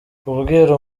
kubwira